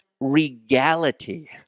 regality